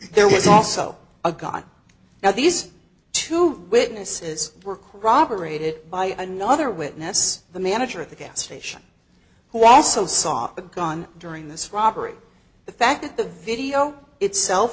there was also a god now these two witnesses were corroborated by another witness the manager of the gas station who also saw a gun during this robbery the fact that the video itself